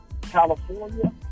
California